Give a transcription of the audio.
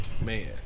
Man